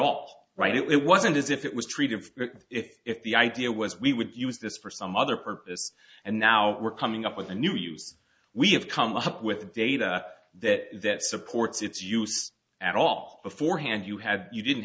all right it wasn't as if it was treated if the idea was we would use this for some other purpose and now we're coming up with a new use we have come up with data that supports its use at all beforehand you have you didn't